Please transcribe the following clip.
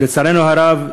לצערנו הרב,